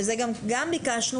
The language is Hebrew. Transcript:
וגם את זה ביקשנו,